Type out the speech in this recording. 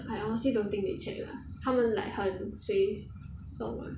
I honestly don't think they check lah 他们 like 很随松 ah ya